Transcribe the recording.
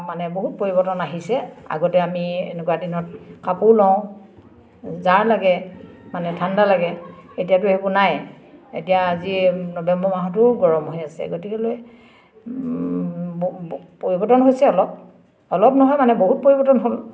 মানে বহুত পৰিৱৰ্তন আহিছে আগতে আমি এনেকুৱা দিনত কাপোৰ লওঁ জাৰ লাগে মানে ঠাণ্ডা লাগে এতিয়াতো সেইবোৰ নাই এতিয়া আজি নৱেম্বৰ মাহতো গৰম হৈ আছে গতিকেলৈ পৰিৱৰ্তন হৈছে অলপ অলপ নহয় মানে বহুত পৰিৱৰ্তন হ'ল